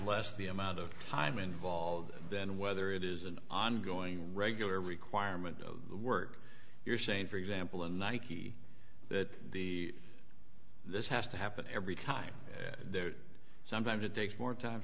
less the amount of time involved than whether it is an ongoing regular requirement of work you're saying for example in nike that the this has to happen every time there's sometimes it takes more time